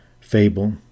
fable